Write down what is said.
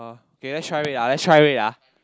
okay let's try wait ah let's try wait ah